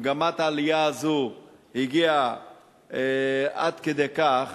מגמת העלייה הזאת הגיעה עד כדי כך